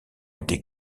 été